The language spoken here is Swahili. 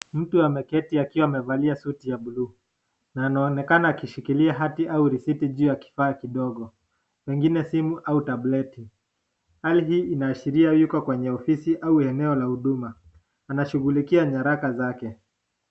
Mtu ameketi akiwa amevalia suti ya blue na anaonekana akishikilia hati au risiti juu ya kifaa kidogo pengine simu au tableti hali hii inaashiria yuko kwenye ofisi au eneo la huduma anashughulikia nyaraka zake.